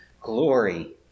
glory